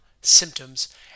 symptoms